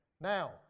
Now